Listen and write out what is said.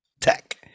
tech